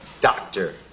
Doctor